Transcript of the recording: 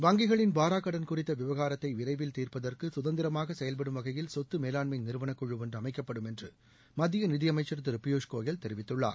வங்கிகளின் வாராக் கடன் குறித்த விவகாரத்தை விரைவில் தீர்ப்பதற்கு சுதந்திரமாக செயல்படும் வகையில் சொத்து மேலாண்மை நிறுவனக் குழு ஒன்று அமைக்கப்படும் என்று மத்திய நிதியமைச்சர் திரு பியூஷ் கோயல் தெரிவித்துள்ாளர்